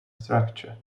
structure